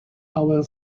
our